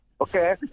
okay